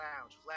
Lounge